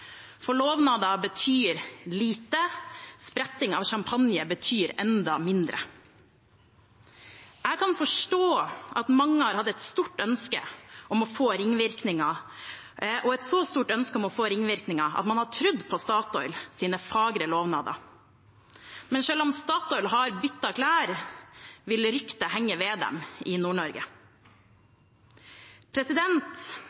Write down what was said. For lovnader betyr lite, spretting av champagne betyr enda mindre. Jeg kan forstå at mange har hatt et stort ønske om å få ringvirkninger, og et så stort ønske om å få ringvirkninger at man har trodd på Statoils fagre lovnader. Men selv om Statoil har byttet klær, vil ryktet henge ved dem i